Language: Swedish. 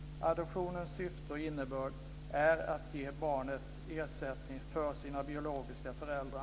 Adoptionens syfte och innebörd är att ge barnet ersättning för sina biologiska föräldrar.